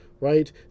right